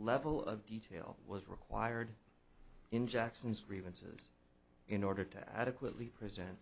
level of detail was required in jackson's raven says in order to adequately present